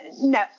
No